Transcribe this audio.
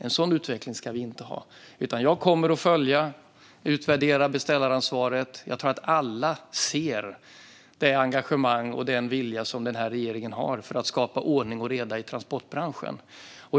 En sådan utveckling ska vi inte ha. Jag kommer att följa och utvärdera beställaransvaret. Jag tror att alla ser det engagemang och den vilja som den här regeringen har att skapa ordning och reda i transportbranschen.